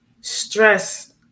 stress